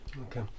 Okay